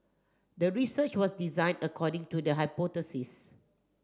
the research was designed according to the hypothesis